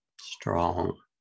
Strong